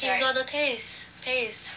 he got the taste paste